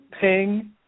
ping